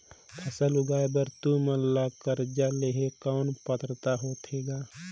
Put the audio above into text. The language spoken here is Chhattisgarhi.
फसल उगाय बर तू मन ला कर्जा लेहे कौन पात्रता होथे ग?